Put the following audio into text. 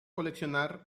coleccionar